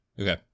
Okay